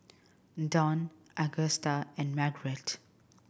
Dawn Agusta and Marguerite